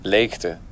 Leegte